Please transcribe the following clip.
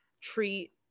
treat